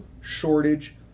shortage